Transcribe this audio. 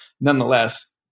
Nonetheless